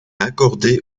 accordé